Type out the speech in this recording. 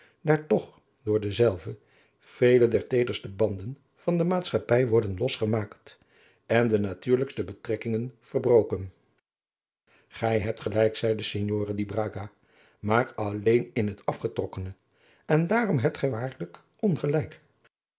daar toch door dezelve vele der teederste banden van de maatschappij worden losgemaakt en de natuurlijkste betrekkingen verbroken gij hebt gelijk zeide signore di braga maar alleen in het afgetrokkene en daarom hebt gij waarlijk ongelijk